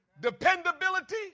Dependability